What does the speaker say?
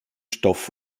stoff